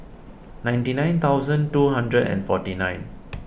ninety nine thousand two hundred and forty nine